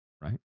right